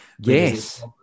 Yes